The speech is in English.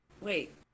Wait